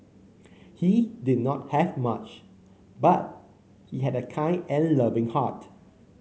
he did not have much but he had a kind and loving heart